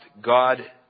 God